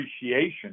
appreciation